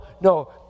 no